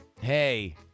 Hey